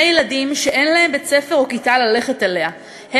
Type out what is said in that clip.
ילדים שאין להם בית-ספר או כיתה ללכת אליהם.